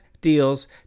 deals